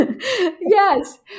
yes